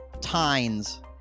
Tines